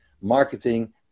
marketing